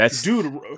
Dude